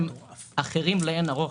הסכומים אחרים לאין ערוך,